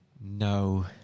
No